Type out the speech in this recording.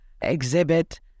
exhibit